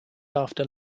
after